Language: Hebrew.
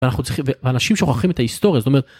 אנחנו צריכים, ואנשים שוכחים את ההיסטוריה, זאת אומרת...